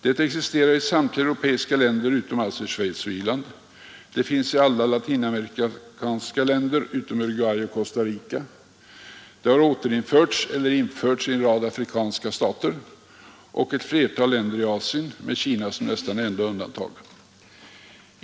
Det existerar i samtliga europeiska länder utom alltså i Schweiz och på Irland. Det finns i alla latinamerikanska länder utom Uruguay och Costa Rica. Det har återinförts eller införts i en rad afrikanska stater och ett flertal länder i Asien, med Kina som nästan enda undantag.